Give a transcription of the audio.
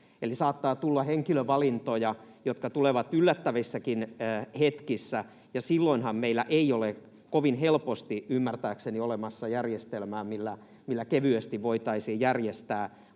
Saattaa tulla henkilövalintoja, jotka tulevat yllättävissäkin hetkissä, ja silloinhan meillä ei ole kovin helposti, ymmärtääkseni, olemassa järjestelmää, millä kevyesti voitaisiin järjestää